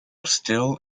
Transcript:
still